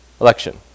Election